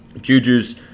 Juju's